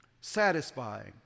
Satisfying